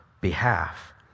behalf